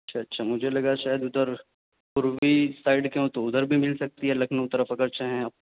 اچھا اچھا مجھے لگا شاید ادھر پوروی سائڈ کے ہوں تو ادھر بھی مل سکتی ہے لکھنؤ طرف اگر چاہیں آپ